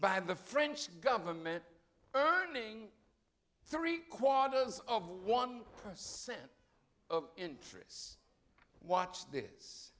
by the french government earning three quarters of one per cent interest watch this